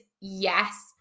yes